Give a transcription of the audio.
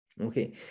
Okay